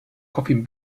coffin